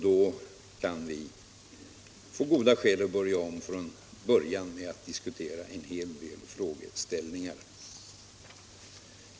Då kan vi få goda skäl att börja om från början med att diskutera en hel del frågeställningar.